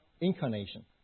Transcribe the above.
incarnation